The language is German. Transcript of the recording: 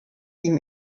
ihm